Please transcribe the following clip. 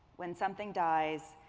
when something dies,